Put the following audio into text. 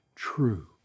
true